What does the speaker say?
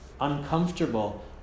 uncomfortable